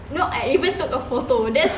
no I even took a photo then